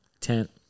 tent